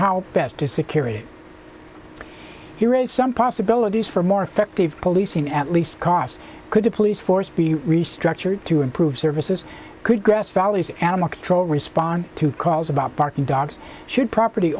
how best to security here is some possibilities for more effective policing at least cost could a police force be restructured to improve services could grass valley animal control respond to calls about barking dogs should property